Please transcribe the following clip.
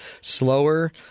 Slower